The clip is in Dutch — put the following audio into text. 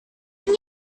ben